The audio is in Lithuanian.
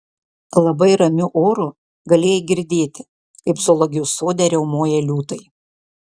labai ramiu oru galėjai girdėti kaip zoologijos sode riaumoja liūtai